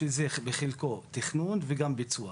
שזה בחלקו תכנון וגם ביצוע.